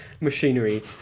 Machinery